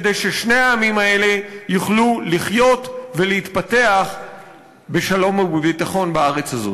כדי ששני העמים האלה יוכלו לחיות ולהתפתח בשלום ובביטחון בארץ הזאת.